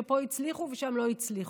של פה הצליחו ושם לא הצליחו.